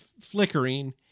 flickering